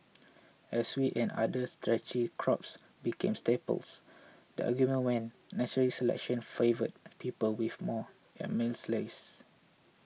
as wheat and other starchy crops became staples the argument went natural selection favoured people with more amylase